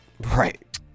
Right